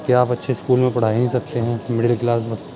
کہ آپ اچھے اسکول میں پڑھا ہی نہیں سکتے ہیں مڈل کلاس